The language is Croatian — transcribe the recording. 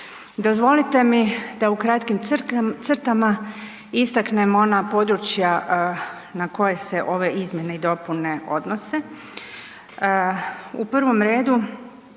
Dozvolite mi da u kratkim crtama istaknemo ona područja na koje se ove izmjene i dopune odnose. U prvom redu